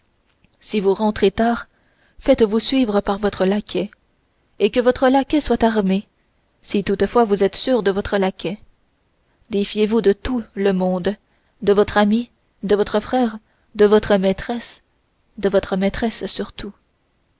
si vous rentrez tard faites-vous suivre par votre laquais et que votre laquais soit armé si toutefois vous êtes sûr de votre laquais défiez-vous de tout le monde de votre ami de votre frère de votre maîtresse de votre maîtresse